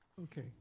Okay